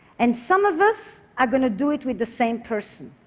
and some of us are going to do it with the same person.